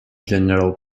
general